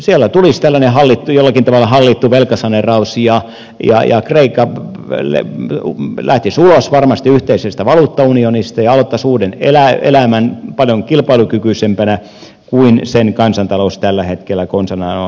kreikkaan tulisi jollakin tavalla hallittu velkasaneeraus ja kreikka varmasti lähtisi ulos yhteisestä valuuttaunionista ja aloittaisi uuden elämän paljon kilpailukykyisempänä kuin sen kansantalous tällä hetkellä konsanaan on